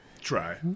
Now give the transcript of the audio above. Try